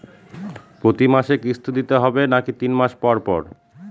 প্রতিমাসে কিস্তি দিতে হবে নাকি তিন মাস পর পর?